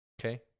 okay